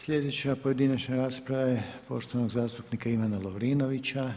Sljedeća pojedinačna rasprava je poštovanog zastupnika Ivana Lovrinovića.